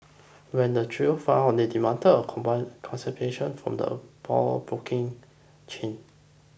when the trio found out they demanded compensation from the pawnbroking chain